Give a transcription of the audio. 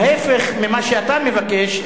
ההיפך ממה שאתה מבקש,